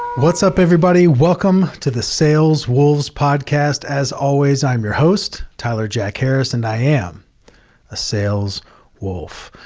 what's up everybody? welcome to the sales wolves podcast. as always, i'm your host, tyler jack harris and i am a sales wolf.